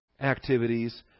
activities